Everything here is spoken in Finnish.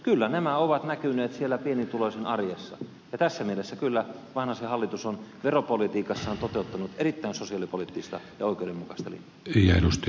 kyllä nämä ovat näkyneet siellä pienituloisen arjessa ja tässä mielessä kyllä vanhasen hallitus on veropolitiikassaan toteuttanut erittäin sosiaalipoliittista ja oikeudenmukaista linjaa